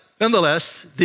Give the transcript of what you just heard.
nonetheless